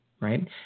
right